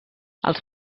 els